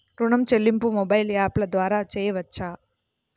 ఋణం చెల్లింపు మొబైల్ యాప్ల ద్వార చేయవచ్చా?